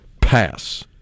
pass